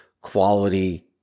quality